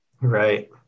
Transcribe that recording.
right